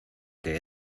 que